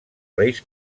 reis